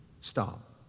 Stop